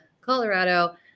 Colorado